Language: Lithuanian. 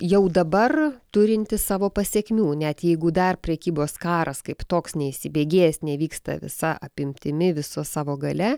jau dabar turinti savo pasekmių net jeigu dar prekybos karas kaip toks neįsibėgėjęs nevyksta visa apimtimi visa savo galia